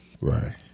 right